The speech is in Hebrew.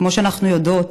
כמו שאנחנו יודעות,